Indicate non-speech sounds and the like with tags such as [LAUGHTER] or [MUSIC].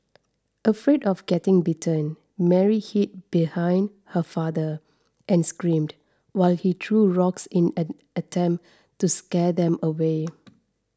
afraid of getting bitten Mary hid behind her father and screamed while he threw rocks in an attempt to scare them away [NOISE]